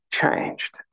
changed